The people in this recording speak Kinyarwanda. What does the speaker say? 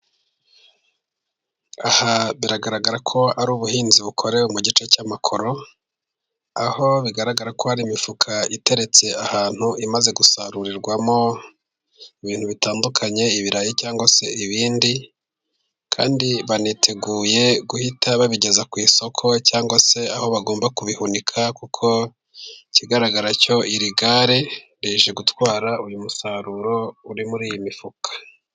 Aha biragaragara ko ari ubuhinzi bukorewe mu gice cy'amakoro, aho bigaragara ko hari imifuka iteretse ahantu imaze gusarurirwamo, ibintu bitandukanye ibirayi cyangwa se ibindi, kandi baniteguye guhita babigeza ku isoko cyangwa se aho bagomba kubihunika, kuko ikigaragara ko iri gare rije gutwara uyu musaruro uri muri iyi mifuka.